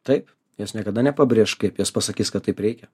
taip jos niekada nepabrėš kaip jos pasakys kad taip reikia